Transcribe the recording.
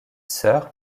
sœur